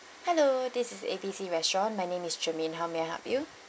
hello this is A B C restaurant my name is germaine how may I help you